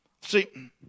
See